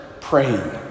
praying